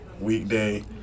Weekday